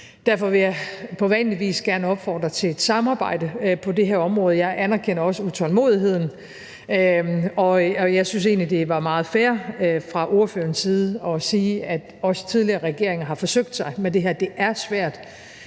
Derfor vil jeg på vanlig vis gerne opfordre til et samarbejde på det her område. Jeg anerkender også utålmodigheden, og jeg synes egentlig, det var meget fair fra ordførerens side at sige, at også tidligere regeringer har forsøgt sig med det her. Det er svært,